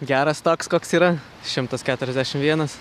geras toks koks yra šimtas keturiasdešim vienas